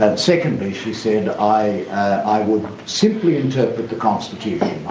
ah secondly she said, i would simply interpret the constitution,